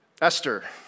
Esther